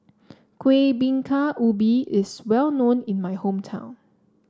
Kuih Bingka Ubi is well known in my hometown